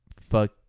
fuck